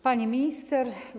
Pani Minister!